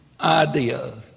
idea